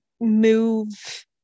move